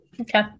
Okay